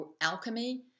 alchemy